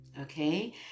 okay